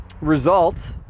result